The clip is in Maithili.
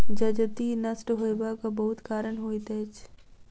जजति नष्ट होयबाक बहुत कारण होइत अछि